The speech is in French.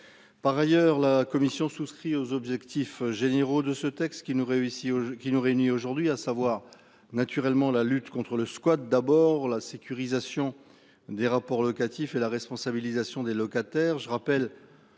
Par ailleurs la commission souscrit aux objectifs généraux de ce texte qui nous réussit qui nous réunit aujourd'hui à savoir naturellement la lutte contre le squat d'abord la sécurisation. Des rapports locatifs et la responsabilisation des locataires.